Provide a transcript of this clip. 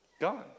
Gone